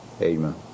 Amen